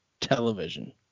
television